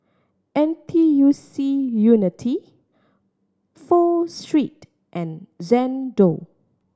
N T U C Unity Pho Street and Xndo